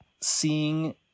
seeing